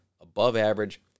above-average